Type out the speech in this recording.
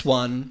one